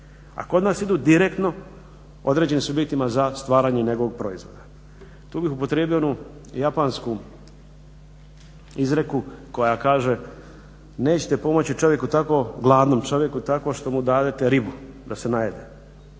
A kod nas idu direktno određenim subjektima za stvaranje nekog proizvoda. Tu bih upotrijebio onu japansku izreku koja kaže nećete pomoći gladnom čovjeku tako što mu dadete ribu da se najede